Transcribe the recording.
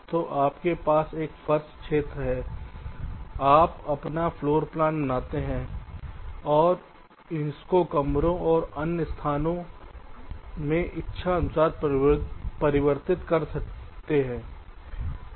तो आपके पास एक फर्श क्षेत्र है आप अपना फ्लोरप्लान बनाते हैं और इसको कमरों और अन्य स्थानों में इच्छा अनुसार परिवर्तित कर सकते हैं हैं